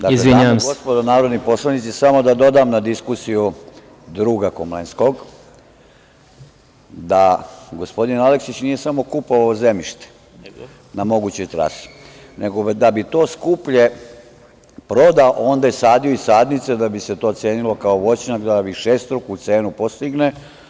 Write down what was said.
Dakle, dame i gospodo narodni poslanici, samo da dodam na diskusiju druga Komlenskog, da gospodin Aleksić nije samo kupovao zemljište na mogućoj trasi, nego da bi to skuplje prodao, onde je sadio i sadnice da bi se to cenilo kao voćnjak da višestruku cenu postigne.